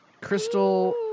Crystal